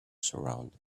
surroundings